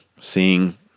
seeing